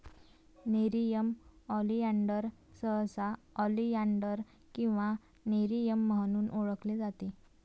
nerium oleander सहसा oleander किंवा nerium म्हणून ओळखले जाते